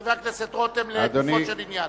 חבר הכנסת רותם, לגופו של עניין.